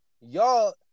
Y'all